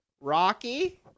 Rocky